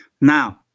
Now